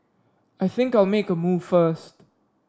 I think I'll make a move first